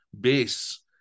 base